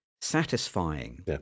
satisfying